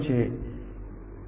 તો RBFS શું કરે છે